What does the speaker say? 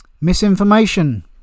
misinformation